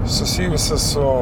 susijusi su